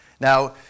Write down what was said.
Now